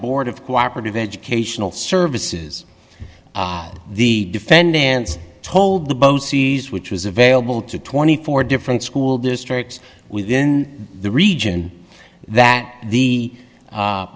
board of cooperative educational services the defendants told the bo c's which was available to twenty four different school districts within the region that the